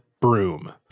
broom